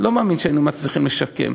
לא מאמין שהיינו מצליחים לשקם.